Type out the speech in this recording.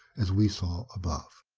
as we saw above.